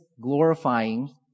glorifying